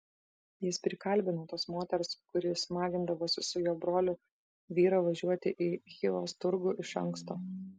jis prikalbino tos moters kuri smagindavosi su jo broliu vyrą važiuoti į chivos turgų iš anksto